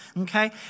okay